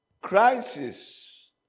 Crisis